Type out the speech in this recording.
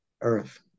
Earth